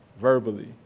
verbally